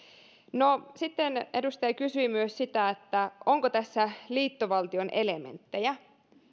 no sitten kun edustaja kysyi myös sitä onko tässä liittovaltion elementtejä